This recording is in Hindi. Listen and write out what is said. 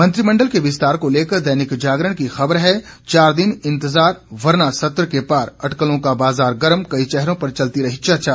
मंत्रिमंडंल के विस्तार को लेकर दैनिक जागरण की ख़बर है चार दिन इंतजार वरना सत्र के पार अटकलों का बाजार गर्म कई चेहरों पर चलती रही चर्चा